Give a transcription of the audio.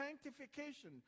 sanctification